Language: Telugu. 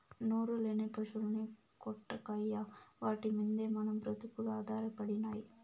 నోరులేని పశుల్ని కొట్టకయ్యా వాటి మిందే మన బ్రతుకులు ఆధారపడినై